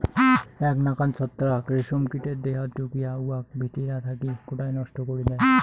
এ্যাক নাকান ছত্রাক রেশম কীটের দেহাত ঢুকিয়া উয়াক ভিতিরা থাকি গোটায় নষ্ট করি দ্যায়